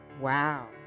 Wow